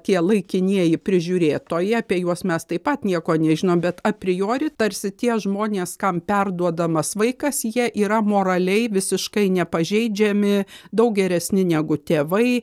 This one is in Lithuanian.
tie laikinieji prižiūrėtojai apie juos mes taip pat nieko nežinom bet a priori tarsi tie žmonės kam perduodamas vaikas jie yra moraliai visiškai nepažeidžiami daug geresni negu tėvai